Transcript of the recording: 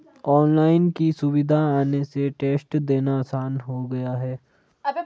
online की सुविधा आने से टेस्ट देना आसान हो गया है